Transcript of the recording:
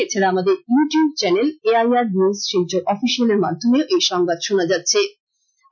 এছাড়া আমাদের YouTube channel A I R news Silchar অফিসিয়ালের মাধ্যমেও এই সংবাদ শুনা যাচ্ছে